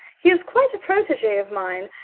he is quite a protege of mine.